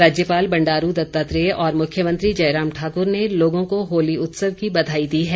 राज्यपाल बंडारू दत्तात्रेय और मुख्यमंत्री जयराम ठाकुर ने लोगों को होली उत्सव की बधाई दी है